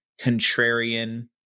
contrarian